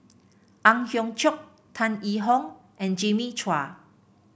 Ang Hiong Chiok Tan Yee Hong and Jimmy Chua